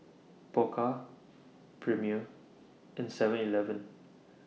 Pokka Premier and Seven Eleven